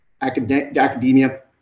academia